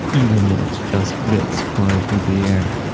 even when it's just bits flying through the air.